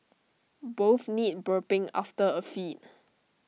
both need burping after A feed